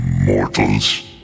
mortals